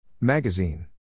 Magazine